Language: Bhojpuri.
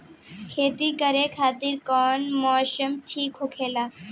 खेती करे खातिर कौन मौसम ठीक होला?